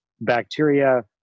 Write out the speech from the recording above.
bacteria